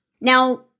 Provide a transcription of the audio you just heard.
Now